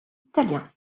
italien